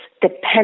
dependent